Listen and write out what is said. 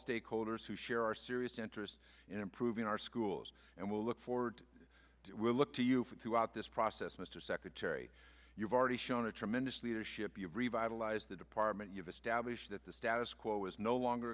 stakeholders who share our serious interest in improving our schools and will look forward to it will look to you throughout this process mr secretary you've already shown a tremendous leadership you've revitalized the department you have established that the status quo is no longer